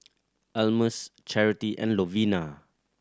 Almus Charity and Lovina